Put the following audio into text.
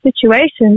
situations